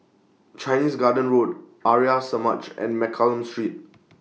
Chinese Garden Road Arya Samaj and Mccallum Street